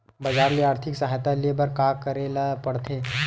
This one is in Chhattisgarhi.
बजार ले आर्थिक सहायता ले बर का का करे ल पड़थे?